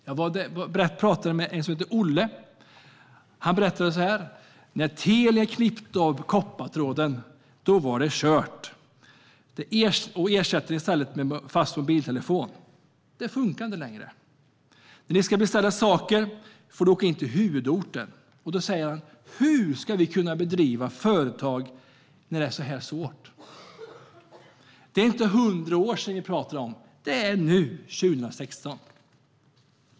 Jag var där och pratade med en som heter Olle, och han sa så här: När Telia klippte av koppartråden och ersatte den med fast mobiltelefoni var det helt kört - det funkar inte längre. När de ska beställa saker får de åka in till huvudorten. Olle sa: Hur ska vi kunna driva företag när det är så här svårt? Det är inte hundra år sedan vi talar om; det är nu, 2016.